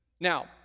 Now